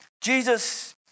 Jesus